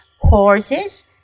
horses